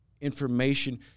information